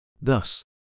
Thus